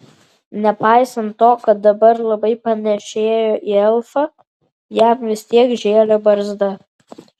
nepaisant to kad dabar labai panėšėjo į elfą jam vis tiek žėlė barzda